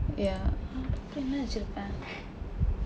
ya அப்படி என்ன வைச்சிருப்பேன்:appadi enna vaichsiruppeen